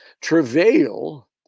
travail